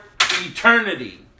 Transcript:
eternity